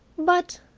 but,